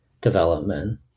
development